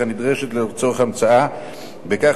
הנדרשת לצורך ההמצאה של הודעת הפינוי המקורית.